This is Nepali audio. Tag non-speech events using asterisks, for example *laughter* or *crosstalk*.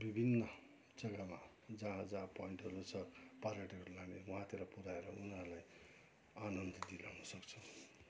विभिन्न जगामा जहाँ जहाँ पोइन्टहरू छ पर्यटकहरूलाई *unintelligible* वहाँतिर पुऱ्याएर उनीहरूलाई आनन्द दिलाउन सक्छ